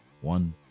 one